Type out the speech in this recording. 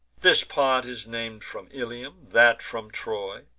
this part is nam'd from ilium, that from troy,